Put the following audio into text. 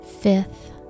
fifth